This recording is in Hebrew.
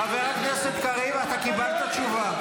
חבר הכנסת קריב, אתה קיבלת תשובה.